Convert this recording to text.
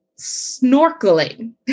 snorkeling